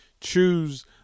Choose